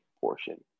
portion